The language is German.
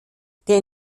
der